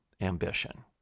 ambition